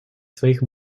своих